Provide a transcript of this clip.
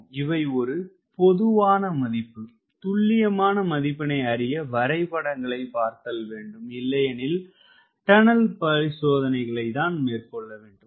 இவை ஒரு பொதுவான மதிப்பே துல்லியமான மதிப்பினை அறிய வரைபடங்களை பார்த்தல்வேண்டும் இல்லையெனில் டனல் பரிசோதனைகளைத் தான் செய்துபார்க்கவேண்டும்